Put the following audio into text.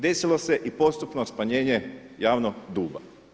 Desilo se i postupno smanjenje javnog duga.